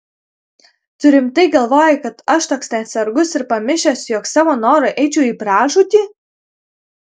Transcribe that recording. tu rimtai galvoji kad aš toks neatsargus ir pamišęs jog savo noru eičiau į pražūtį